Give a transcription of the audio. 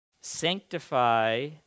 Sanctify